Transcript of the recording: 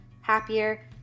happier